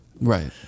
Right